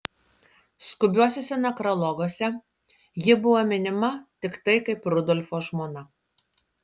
skubiuosiuose nekrologuose ji buvo minima tiktai kaip rudolfo žmona